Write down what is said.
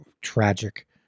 tragic